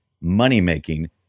money-making